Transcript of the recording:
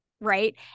right